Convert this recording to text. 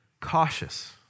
cautious